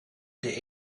they